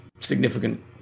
significant